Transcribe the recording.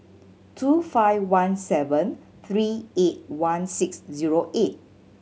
two five one seven three eight one six zero eight